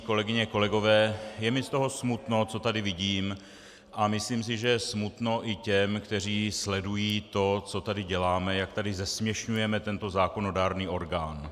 Kolegyně, kolegové, je mi z toho smutno, co tady vidím, a myslím si, že je smutno i těm, kteří sledují to, co tady děláme, jak tady zesměšňujeme tento zákonodárný orgán.